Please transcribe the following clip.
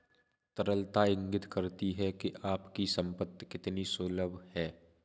तरलता इंगित करती है कि आपकी संपत्ति कितनी सुलभ है